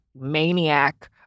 maniac